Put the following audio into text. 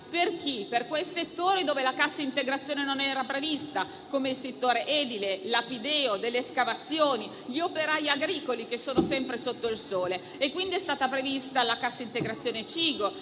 climatica, per quei settori in cui la cassa integrazione non era prevista, come il settore edile, lapideo delle escavazioni, per gli operai agricoli che sono sempre sotto il sole. Quindi è stata prevista la cassa integrazione